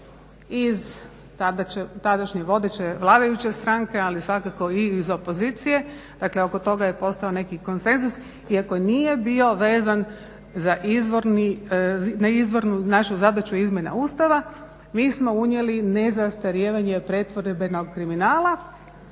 iz tadašnje vodeće vladajuće stranke, ali svakako i iz opozicije, dakle oko toga je postojao neki konsenzus iako nije bio vezan na izvornu našu zadaću izmjena Ustava, mi smo unijeli nezastarijevanje pretvorbenog kriminala